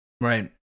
right